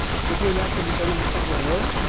so going back to decoding the civil war,